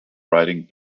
riding